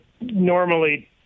normally